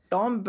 Tom